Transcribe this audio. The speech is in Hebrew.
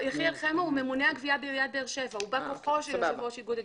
הוא בא כוחו של יושב-ראש איגוד הגזברים.